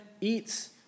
eats